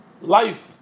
life